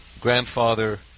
grandfather